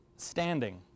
standing